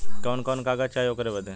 कवन कवन कागज चाही ओकर बदे?